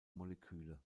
moleküle